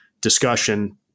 discussion